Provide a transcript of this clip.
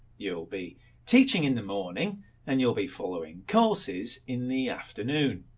you'll be teaching in the morning and you'll be following courses in the afternoon.